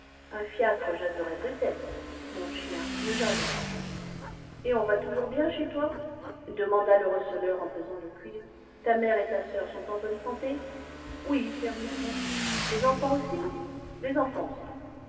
un fiacre jaserait peut-être mon chien ne jase pas et on va toujours bien chez toi demanda le receleur en pesant le cuivre ta mère et ta soeur sont en bonne santé oui père micou les enfants aussi les enfants aussi